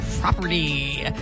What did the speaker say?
property